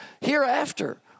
hereafter